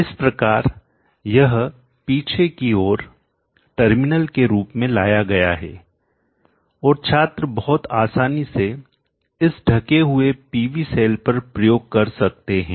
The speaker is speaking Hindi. इस प्रकार यह पीछे की ओर टर्मिनल के रूप में लाया गया है और छात्र बहुत आसानी से इस ढके हुए पीवी सेल पर प्रयोग कर सकते हैं